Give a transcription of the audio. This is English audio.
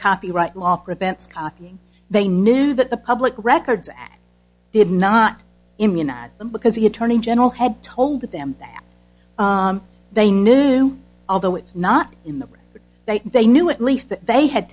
copyright law prevents copying they knew that the public records did not immunize them because the attorney general had told them that they knew although it's not in the they they knew at least that they had